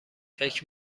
فکر